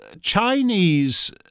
Chinese